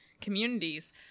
communities